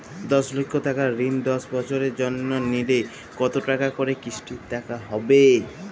দশ লক্ষ টাকার ঋণ দশ বছরের জন্য নিলে কতো টাকা করে কিস্তির টাকা হবে?